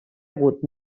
hagut